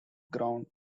ground